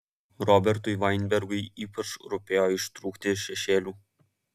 robertui vainbergui ypač rūpėjo ištrūkti iš šešėlių